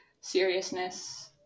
seriousness